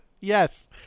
yes